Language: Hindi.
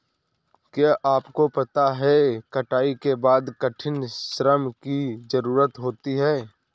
क्या आपको पता है कटाई के बाद कठिन श्रम की ज़रूरत होती है?